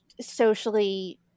socially